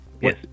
Yes